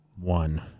one